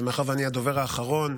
ומאחר שאני הדובר האחרון,